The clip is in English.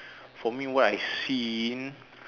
for me what I seen